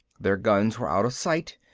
their guns were out of sight,